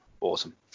awesome